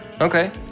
Okay